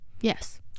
Yes